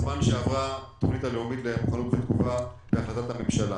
הזמן שעברה התוכנית הלאומית למוכנות ותגובה להחלטת הממשלה.